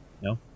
No